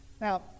Now